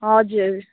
हजुर